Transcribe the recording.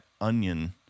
onion